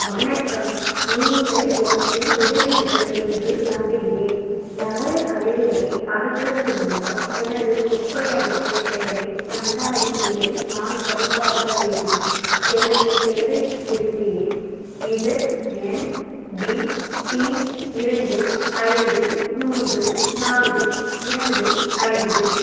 வணக்கம் நீங்கள் எனக்கு உதவுவீர்கள் என்று நம்புகிறேன் நகரக் கழிவுகளை அகற்றுதல் மூலம் எனது குப்பை அகற்றும் சேவை சந்தாவின் நிலை நான் சரிபார்க்க வேண்டும் எனது சேவை குறிப்பு எண் இஸட் என் டி டி இரண்டு ஐந்து மூன்று நான்கு இரண்டு ஐந்து